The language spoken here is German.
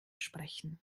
sprechen